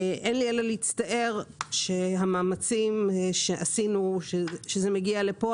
אין לי אלא להצטער שהמאמצים שעשינו שזה מגיע לפה,